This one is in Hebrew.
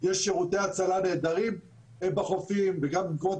יש שירותי הצלה נהדרים בחופים וגם במקומות